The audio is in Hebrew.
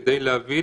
כדי להביא,